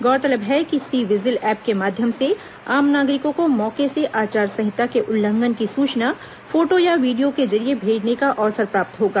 गौरतलब है कि सी विजिल ऐप के माध्यम से आम नागरिकों को मौके से आचार संहिता के उल्लंघन की सूचना फोटो या वीडियो के जरिये भेजने का अवसर प्राप्त होगा